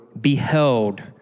beheld